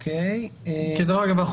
דרך אגב,